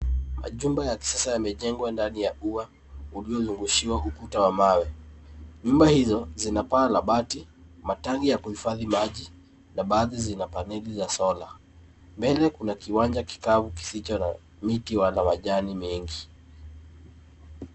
Majumba ya kisasa yamejengwa ndani ya ua uliozungushiwa ukuta wa mawe. Nyumba hizo zina paa la bati, matanki ya kuhifadhi maji na baadhi zina paneli za sola. Mbele kuna kiwanja kikavu kisicho na miti wala majani mengi.